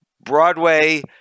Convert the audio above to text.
Broadway